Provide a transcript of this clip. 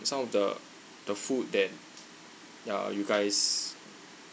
some of the the food there ya you guys